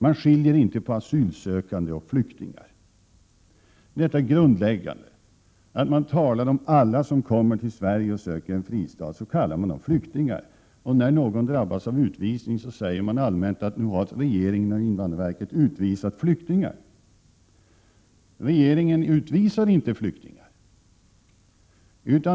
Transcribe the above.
Man skiljer inte mellan asylsökande och flyktingar. Detta är grundläggande. När man i debatten talar om dem som kommer till Sverige och söker en fristad, kallar man dem alla flyktingar. När någon drabbas av utvisning säger man allmänt att regeringen och invandrarverket har utvisat flyktingar. Regeringen utvisar inte flyktingar.